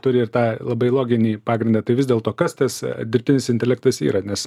turi ir tą labai loginį pagrindą tai vis dėlto kas tas dirbtinis intelektas yra nes